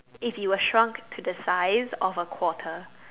if you were shrunk to the size of a quarter